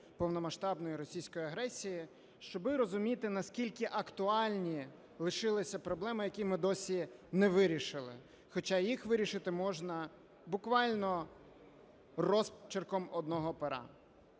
повномасштабної російської агресії, щоби розуміти наскільки актуальні лишилися проблеми, які ми досі не вирішили, хоча їх вирішити можна буквально розчерком одного пера.